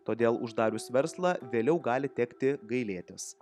todėl uždarius verslą vėliau gali tekti gailėtis